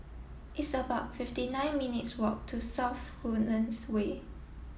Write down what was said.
it's about fifty nine minutes' walk to South Woodlands Way